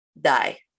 die